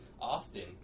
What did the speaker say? often